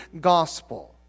gospel